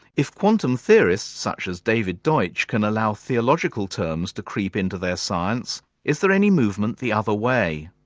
if quantum theorists such as david deutsch can allow theological terms to creep into their science, is there any movement the other way?